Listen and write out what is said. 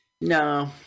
No